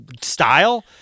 style